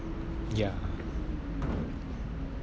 ya